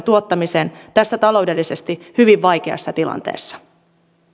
tuottamiseen tässä taloudellisesti hyvin vaikeassa tilanteessa